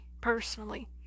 personally